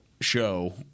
show